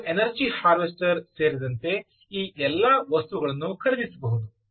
ನೀವು energy harvester ಸೇರಿದಂತೆ ಈ ಎಲ್ಲ ವಸ್ತುಗಳನ್ನು ಖರೀದಿಸಬಹುದು